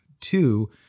two